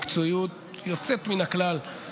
במקצועיות יוצאת מן הכלל,